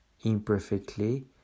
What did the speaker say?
imperfectly